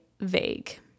vague